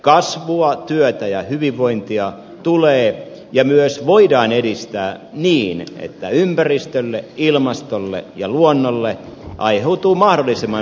kasvua työtä ja hyvinvointia tulee ja myös voidaan edistää niin että ympäristölle ilmastolle ja luonnolle aiheutuu mahdollisimman vähän haittoja